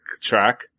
track